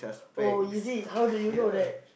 oh is it how do you know that